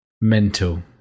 Mental